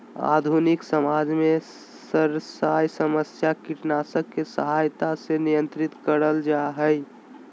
आधुनिक समाज में सरसायन समस्या कीटनाशक के सहायता से नियंत्रित करल जा हई